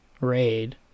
raid